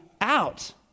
out